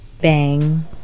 Bang